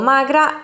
Magra